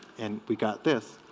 and we got this